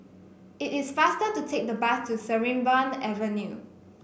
it is faster to take the bus to Sarimbun Avenue